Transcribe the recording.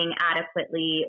adequately